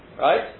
right